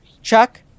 Chuck